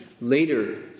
later